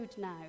now